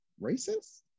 racist